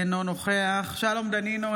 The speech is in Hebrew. אינו נוכח שלום דנינו,